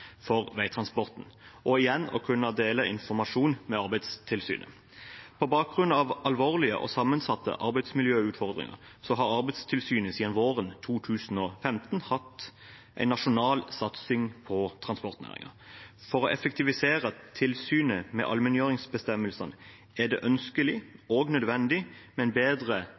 for veitransporten og igjen å kunne dele informasjon med Arbeidstilsynet. På bakgrunn av alvorlige og sammensatte arbeidsmiljøutfordringer har Arbeidstilsynet siden våren 2015 hatt en nasjonal satsing på transportnæringen. For å effektivisere tilsynet med allmenngjøringsbestemmelsene er det ønskelig og nødvendig med en bedre